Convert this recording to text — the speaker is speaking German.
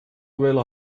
wähler